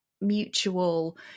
mutual